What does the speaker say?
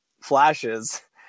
flashes